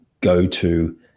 go-to